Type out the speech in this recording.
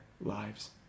lives